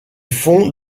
fond